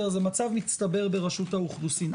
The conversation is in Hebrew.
זה מצב מצטבר ברשות האוכלוסין.